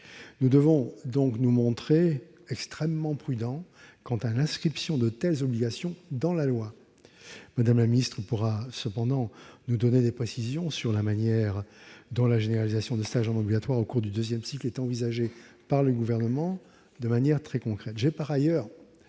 Nous devons donc nous montrer extrêmement prudents quant à l'inscription de telles obligations dans la loi. Mme la ministre pourra néanmoins nous apporter des précisions sur la manière dont la généralisation des stages en milieu ambulatoire au cours du deuxième cycle est envisagée par le Gouvernement, de manière très concrète.